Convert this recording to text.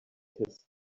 his